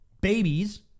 babies